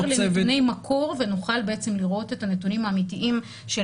לנתוני מקור ונוכל לראות את הנתונים האמיתיים של